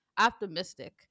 optimistic